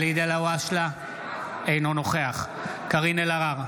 אינו נוכח קארין אלהרר,